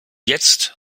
jetzt